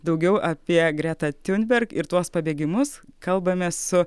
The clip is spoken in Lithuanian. daugiau apie gretą tiunberg ir tuos pabėgimus kalbame su